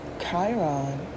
Chiron